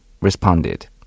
responded